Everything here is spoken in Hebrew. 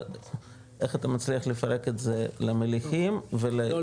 איך אתה מצליח לפרק את זה למליחים ול- -- שנייה,